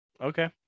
Okay